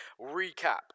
recap